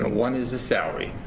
one is the salary,